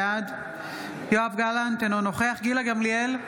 בעד יואב גלנט, אינו נוכח גילה גמליאל,